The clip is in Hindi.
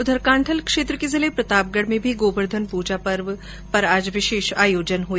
उधर कांठल क्षेत्र के जिले प्रतापगढ़ में भी गोवर्धन पूजा पर्व पर आज विशेष आयोजन हुए